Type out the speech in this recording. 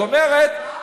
זאת אומרת,